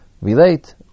relate